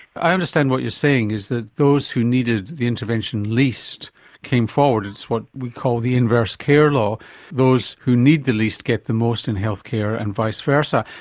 i understand what you're saying is that those who needed the intervention least came forward. it's what we call the inverse care law those who need the least get the most in healthcare, and vice versa.